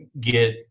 get –